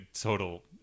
total